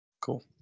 Cool